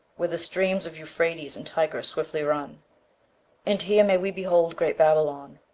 where the streams of euphrates and tigris swiftly run and here may we behold great babylon,